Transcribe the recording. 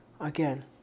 Again